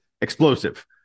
explosive